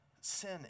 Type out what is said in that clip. sin